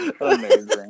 Amazing